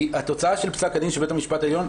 התוצאה של פסק הדין של בית המשפט העליון,